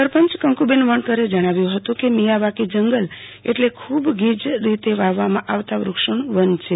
સરપચ કકુબેન વણકરે જણાવ્યું હતું કે માયાવાકી જંગલ એટલે ખુબ ગીચ રીતે વાવવમાં આવતા વક્ષનું વન છે